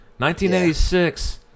1986